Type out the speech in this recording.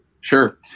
sure